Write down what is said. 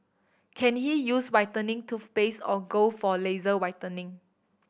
can he use whitening toothpaste or go for laser whitening